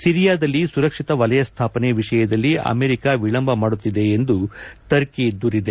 ಸಿರಿಯಾದಲ್ಲಿ ಸುರಕ್ಷಿತ ವಲಯ ಸ್ವಾಪನೆ ವಿಷಯದಲ್ಲಿ ಅಮೆರಿಕ ವಿಳಂಬ ಮಾಡುತ್ತಿದೆ ಎಂದು ಟರ್ಕಿ ದೂರಿದೆ